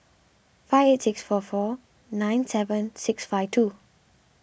five eight six four four nine seven six five two